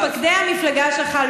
מתפקדי המפלגה שלך,